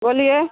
बोलिए